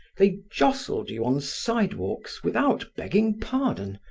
they jostled you on sidewalks without begging pardon.